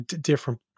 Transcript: different